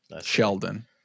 Sheldon